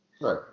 Right